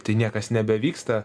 tai niekas nebevyksta